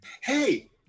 Hey